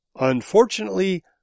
Unfortunately